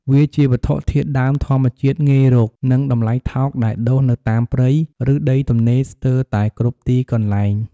វាជាវត្ថុធាតុដើមធម្មជាតិ ងាយរក និងតម្លៃថោកដែលដុះនៅតាមព្រៃ ឬដីទំនេរស្ទើតែគ្រប់ទីកន្លែង។